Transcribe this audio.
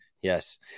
Yes